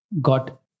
got